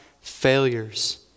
failures